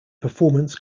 performance